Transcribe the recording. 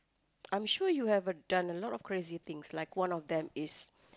I'm sure you've ever done a lot of crazy things like one of them is